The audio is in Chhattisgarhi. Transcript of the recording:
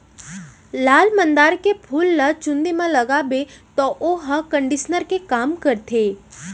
लाल मंदार के फूल ल चूंदी म लगाबे तौ वोहर कंडीसनर के काम करथे